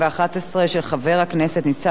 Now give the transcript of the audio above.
של חבר הכנסת ניצן הורוביץ